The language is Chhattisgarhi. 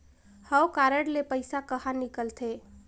हव कारड ले पइसा कहा निकलथे?